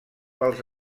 pels